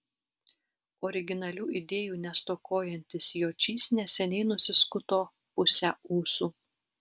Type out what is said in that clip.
originalių idėjų nestokojantis jočys neseniai nusiskuto pusę ūsų